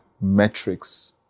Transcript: metrics